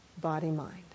body-mind